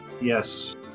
Yes